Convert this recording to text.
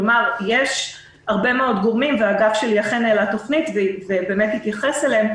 כלומר יש הרבה מאוד גורמים והאגף שלי אכן העלה תוכנית והתייחס אליהם,